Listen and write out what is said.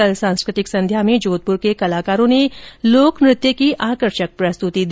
कल सांस्कृतिक संध्या में जोधपुर के कलाकारों ने लोक नृत्य की आकर्षक प्रस्तुतियां दी